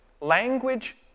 Language